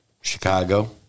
Chicago